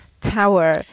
tower